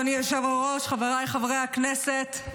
אדוני היושב-ראש, חבריי חברי הכנסת,